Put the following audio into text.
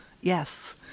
yes